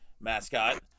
mascot